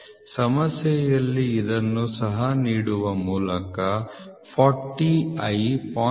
ಸಮಸ್ಯೆಯಲ್ಲಿ ಇದನ್ನು ಸಹ ನೀಡುವ ಮೂಲಕ 40 i 0